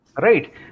Right